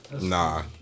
Nah